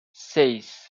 seis